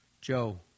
Joe